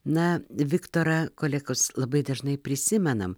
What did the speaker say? na viktorą kolegos labai dažnai prisimenam